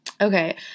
okay